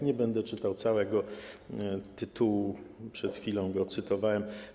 Nie będę czytał całego tytułu, przed chwilą go cytowałem.